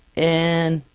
and